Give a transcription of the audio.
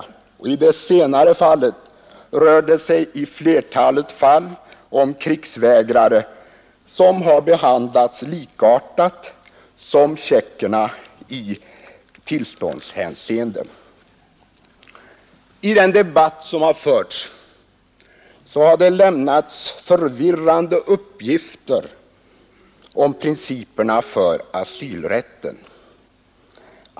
I det senare fallet rör det sig huvudsakligen om krigsvägrare, som har behandlats likartat som tjeckerna i tillståndshänseende. I den debatt som förts har det lämnats förvirrande uppgifter om principerna för asylrätten.